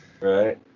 Right